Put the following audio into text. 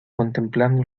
contemplando